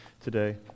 today